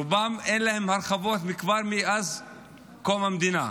רובם אין להם הרחבות, כבר מאז קום המדינה.